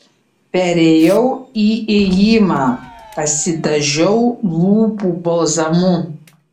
perėjau į ėjimą pasidažiau lūpų balzamu